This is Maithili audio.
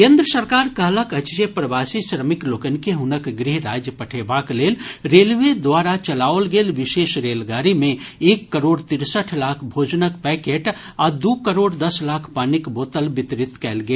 केंद्र सरकार कहलक अछि जे प्रवासी श्रमिक लोकनि के हुनक गृह राज्य पठेबाक लेल रेलवे द्वारा चलाओल गेल विशेष रेलगाड़ी मे एक करोड़ तिरसठि लाख भोजनक पैकेट आ दू करोड़ दस लाख पानिक बोतल वितरित कयल गेल